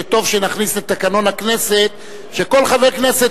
שטוב שנכניס לתקנון הכנסת שכל חבר כנסת